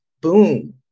boom